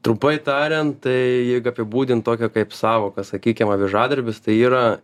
trumpai tariant tai jeigu apibūdint tokią kaip sąvoką sakykim avižadrebis tai yra